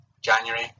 January